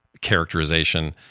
characterization